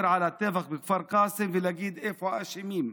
על הטבח בכפר קאסם ולהגיד איפה האשמים,